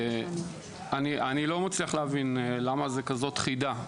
אני לא מצליח להבין למה זה כזאת חידה.